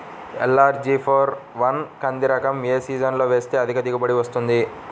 LRG four one కంది రకం ఏ సీజన్లో వేస్తె అధిక దిగుబడి వస్తుంది?